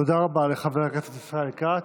תודה רבה לחבר הכנסת ישראל כץ.